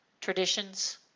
traditions